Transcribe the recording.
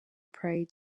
prey